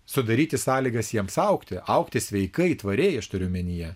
sudaryti sąlygas jiems augti augti sveikai tvariai aš turiu omenyje